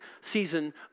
season